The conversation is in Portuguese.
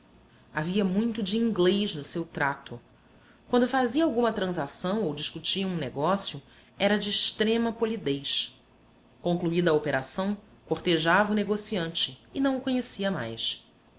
havia muito de inglês no seu trato quando fazia alguma transação ou discutia um negócio era de extrema polidez concluída a operação cortejava o negociante e não o conhecia mais